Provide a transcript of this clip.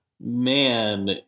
man